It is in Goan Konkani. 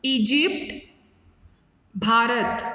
इजिप्ट भारत